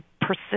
persist